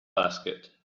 basket